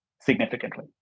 significantly